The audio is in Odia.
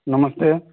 ନମସ୍ତେ